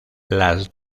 las